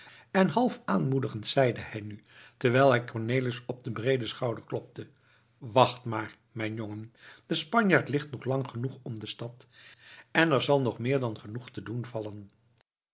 en half aanmoedigend zeide hij nu terwijl hij cornelis op den breeden schouder klopte wacht maar mijn jongen de spanjaard ligt nog lang genoeg om de stad en er zal nog meer dan genoeg te doen vallen